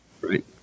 Right